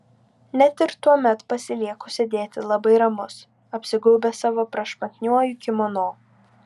net ir tuomet pasilieku sėdėti labai ramus apsigaubęs savo prašmatniuoju kimono